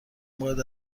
باید